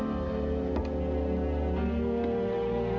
or